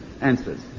answers